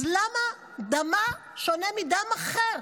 אז למה דמה שונה מדם אחר?